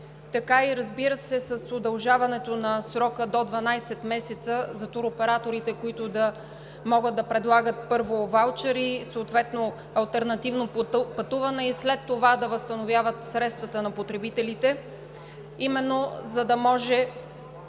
така, разбира се, и с удължаването на срока до 12 месеца за туроператорите, които да могат да предлагат първо ваучери, съответно алтернативно пътуване, и след това да възстановяват средствата на потребителите, именно за да може